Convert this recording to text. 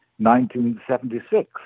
1976